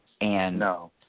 No